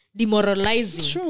demoralizing